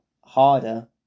harder